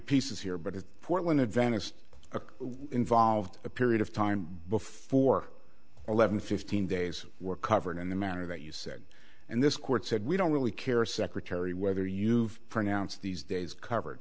pieces here but it's important to venice a involved a period of time before eleven fifteen days were covered in the manner that you said and this court said we don't really care secretary whether you've pronounced these days covered